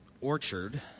orchard